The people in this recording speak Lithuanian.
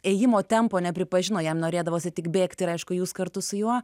ėjimo tempo nepripažino jam norėdavosi tik bėgti ir aišku jūs kartu su juo